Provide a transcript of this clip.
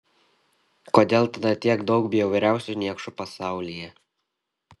kodėl tada tiek daug bjauriausių niekšų pasaulyje